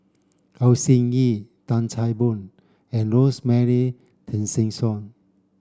Au Hing Yee Tan Chan Boon and Rosemary Tessensohn